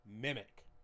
mimic